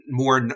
more